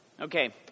Okay